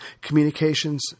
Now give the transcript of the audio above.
communications